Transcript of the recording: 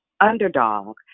underdog